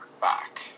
back